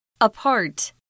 Apart